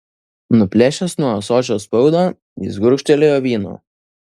nuplėšęs nuo ąsočio spaudą jis gurkštelėjo vyno